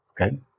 Okay